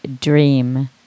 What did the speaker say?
dream